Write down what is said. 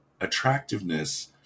attractiveness